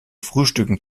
frühstücken